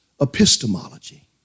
epistemology